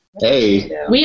Hey